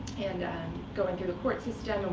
and going through the court system,